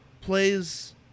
plays